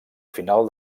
final